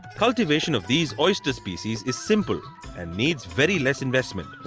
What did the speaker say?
cultivation of these oyster species is simple and needs very less investment.